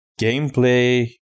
gameplay